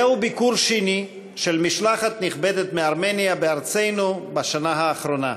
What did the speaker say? זהו ביקור שני של משלחת נכבדת מארמניה בארצנו בשנה האחרונה.